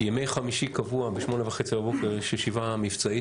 ימי חמישי קבוע ב-8:30 בבוקר יש ישיבה מבצעית,